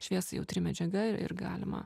šviesai jautri medžiaga ir galima